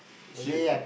she